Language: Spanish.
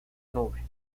nube